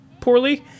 poorly